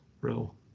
real